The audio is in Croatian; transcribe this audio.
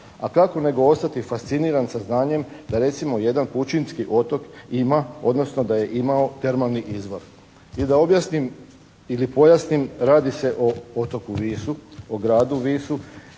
A kako nego ostati fasciniran sa znanjem da recimo jedan pučinski otok ima odnosno da je imao termalni izvor. I da objasnim ili pojasnim, radi se o otoku Visu, o gradu Visu